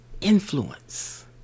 influence